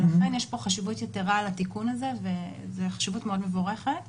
ולכן יש פה חשיבות יתרה לתיקון הזה וזאת חשיבות מבורכת מאוד.